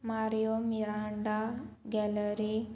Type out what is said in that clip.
Mario Miranda gallery